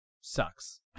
sucks